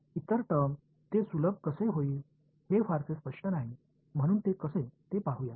इतर टर्म ते सुलभ कसे होतील हे फारसे स्पष्ट नाही म्हणून ते कसे ते पाहूया